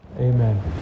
amen